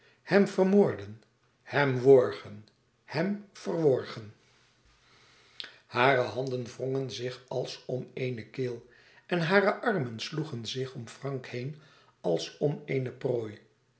hem vermoorden hem worgen hem verworgen hare handen wrongen zich als om eene keel en hare armen sloegen zich om frank heen als om eene prooi